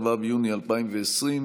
אם כך, יש לנו ארבעה בעד, אה, סליחה,